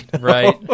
Right